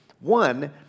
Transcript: One